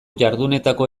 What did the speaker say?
jardunetako